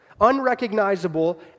unrecognizable